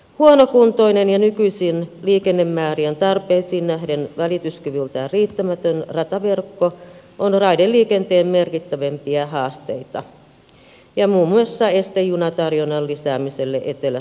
huonokuntoinen ja nykyisin liikennemäärien tarpeisiin nähden välityskyvyltään riittämätön rataverkko on raideliikenteen merkittävimpiä haasteita ja muun muassa este junatarjonnan lisäämiselle etelä suomessa